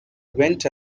went